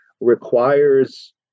requires